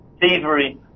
thievery